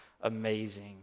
amazing